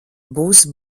būs